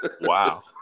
wow